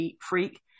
freak